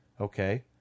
okay